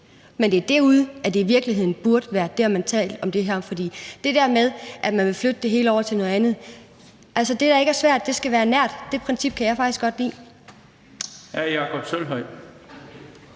Men det er i virkeligheden derude, det burde være, man talte om det her, for der er det der med, at man vil flytte det hele over til noget andet. Altså, det, der ikke er svært, skal være nært. Det princip kan jeg faktisk godt lide.